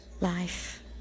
Life